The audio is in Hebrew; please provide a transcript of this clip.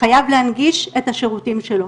חייב להנגיש את השירותים שלו.